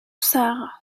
sahara